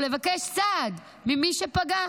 או לבקש סעד ממי שפגע.